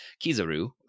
Kizaru